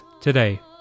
today